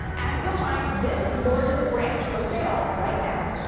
and you'll find this gorgeous ranch for sale right now.